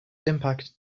impact